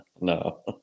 No